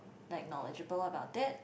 like knowledgeable about it